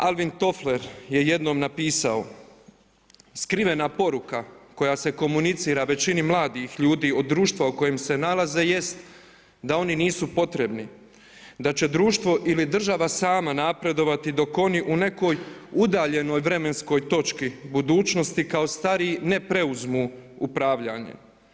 Alvin Toffler je jednom napisao Skrivena poruka koja se komunicira većini mladih ljudi od društva u kojem se nalaze jest da oni nisu potrebni, da će društvo ili država sama napredovati dok oni u nekoj udaljenoj vremenskoj točki budućnosti kao stariji ne preuzmu upravljanje.